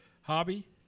hobby